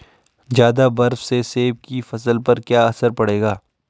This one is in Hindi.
ज़्यादा बर्फ से सेब की फसल पर क्या असर पड़ेगा?